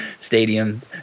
stadiums